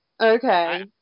Okay